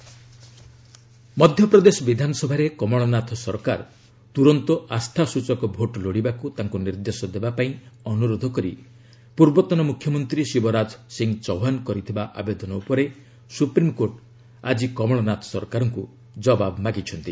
SC MP Chouhan Madhya Pradesh ବିଧାନସଭାରେ କମଲନାଥ ସରକାର ତୁରନ୍ତ ଆସ୍ଥାସ୍ଟଚକ ଭୋଟ୍ ଲୋଡିବାକୁ ତାଙ୍କୁ ନିର୍ଦ୍ଦେଶ ଦେବା ପାଇଁ ଅନୁରୋଧ କରି ପୂର୍ବତନ ମୁଖ୍ୟମନ୍ତ୍ରୀ ଶିବରାଜ ସିଂହ ଚୌହାନ କରିଥିବା ଆବେଦନ ଉପରେ ସୁପ୍ରିମକୋର୍ଟ ଆଜି କମଲନାଥ ସରକାରଙ୍କୁ ଜବାବ ମାଗିଛନ୍ତି